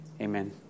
Amen